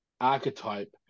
archetype